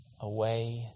away